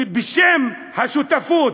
ובשם השותפות,